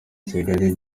kigali